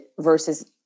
versus